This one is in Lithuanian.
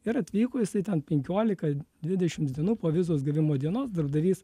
ir atvyko jisai ten penkiolika dvidešims dienų po vizos gavimo dienos darbdavys